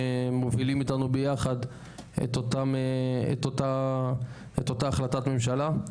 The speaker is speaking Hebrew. שמובילים איתנו ביחד את אותה החלטת ממשלה.